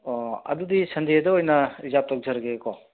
ꯑꯣ ꯑꯗꯨꯗꯤ ꯁꯟꯗꯦꯗ ꯑꯣꯏꯅ ꯔꯤꯖꯥꯕ ꯇꯧꯖꯔꯒꯦꯀꯣ